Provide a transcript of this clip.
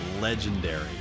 legendary